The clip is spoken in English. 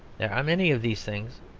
there are many of these things,